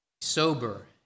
Sober